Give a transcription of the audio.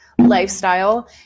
lifestyle